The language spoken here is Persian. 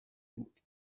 بود